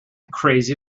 crazy